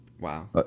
Wow